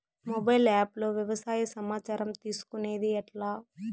Mobile app లో వ్యవసాయ సమాచారం తీసుకొనేది ఎట్లా?